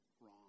wrong